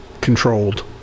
controlled